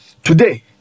Today